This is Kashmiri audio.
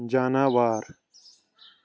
جاناوار